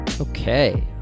Okay